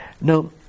Now